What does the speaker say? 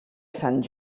sant